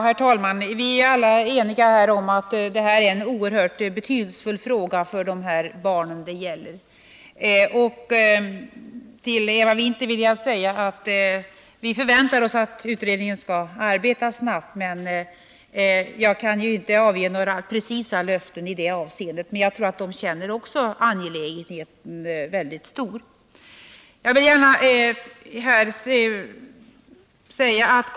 Herr talman! Vi är alla eniga om att detta är en oerhört betydelsefull fråga för de barn som det gäller. Till Eva Winther vill jag säga att vi förväntar oss att utredningen skall arbeta snabbt. Men jag kan ju inte avge några precisa löften i det avseendet. Jag tror dock att också utredningen känner att angelägenheten är stor.